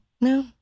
No